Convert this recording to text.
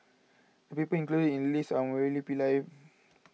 the people included in the list are Murali Pillai